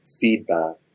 feedback